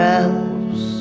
else